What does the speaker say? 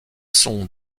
sont